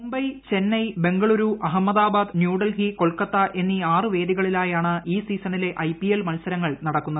മുംബൈ ചെന്നൈ ബംഗ്ളൂരൂ അഹമ്മദാബാദ് ന്യൂഡൽഹി കൊൽക്കത്ത എന്നീ ആറ് വേദികളിലായാണ് ഈ സീസണിലെ ഐപിഎൽ മത്സരങ്ങൾ നടക്കുന്നത്